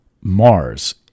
Mars